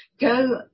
go